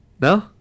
No